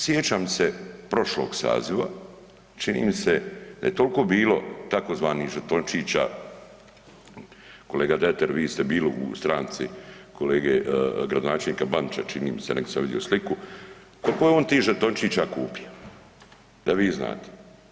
Sjećam se prošlog saziva, čini mi se da je toliko bilo tzv. žetončića, kolega … vi ste bili u stranci gradonačelnika Bandića čini mi se negdje sam vidio sliku, koliko je on tih žetončića kupio, da vi znate.